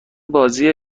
بازی